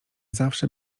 zawsze